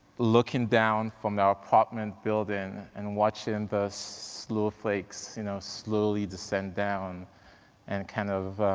looking down from our apartment building and watching the snowflakes, you know, slowly descend down and kind of